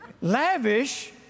Lavish